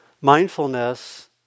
mindfulness